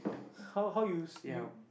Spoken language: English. how how you s~ you